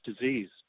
disease